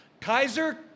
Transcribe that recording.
Kaiser